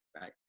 right